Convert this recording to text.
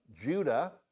Judah